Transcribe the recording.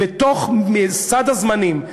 בתוך סד הזמנים,